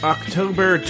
October